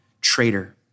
traitor